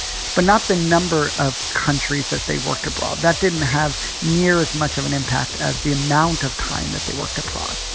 but not the number of countries that they worked abroad. that didn't have near as much of an impact as the amount of time that they worked abroad